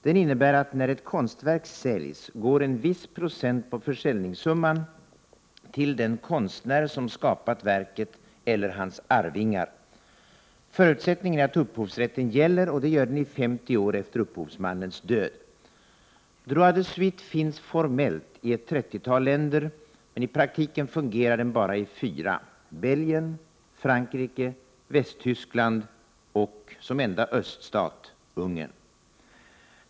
Den innebär, att när ett konstverk säljs går en viss procent på försäljningssumman till den konstnär som skapat verket eller hans arvingar. Förutsättningen är att upphovsrätten gäller, och det gör den i 50 år efter upphovsmannens död. Droit de suite finns formellt i ett trettiotal länder men fungerar i praktiken bara i fyra, nämligen Belgien, Frankrike, Västtyskland och — som enda öststat — Ungern.